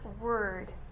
word